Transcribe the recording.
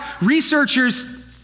researchers